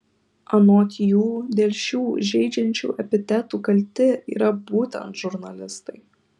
anot jų dėl šių žeidžiančių epitetų kalti yra būtent žurnalistai